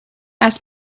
ask